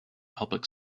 public